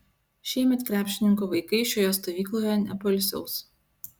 šiemet krepšininko vaikai šioje stovykloje nepoilsiaus